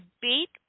beat